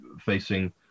facing